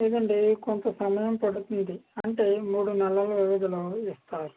లేదండి కొంత సమయం పడుతుంది అంటే మూడు నెలల వ్యవధిలో ఇస్తారు